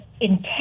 intense